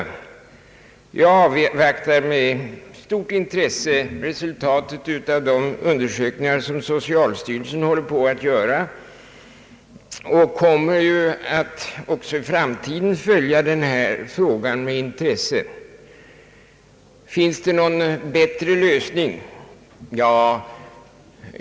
Jag avvaktar med stort intresse resultatet av de undersökningar som pågår inom socialstyrelsen, och jag kommer att också i framtiden följa denna fråga med intresse. Finns det någon bättre lösning?